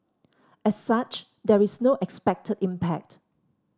as such there is no expected impact